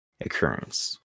occurrence